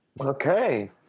okay